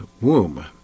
womb